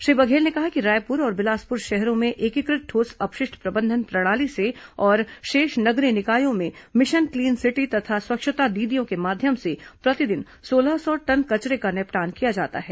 श्री बघेल ने कहा कि रायपुर और बिलासपुर शहरों में एकीकृत ठोस अपशिष्ट प्रबंधन प्रणाली से और शेष नगरीय निकायों में मिशन क्लीन सिटी तथा स्वच्छता दीदीयों के माध्यम से प्रतिदिन सोलह सौ टन कचरे का निपटान किया जाता है